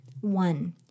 One